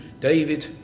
David